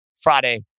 Friday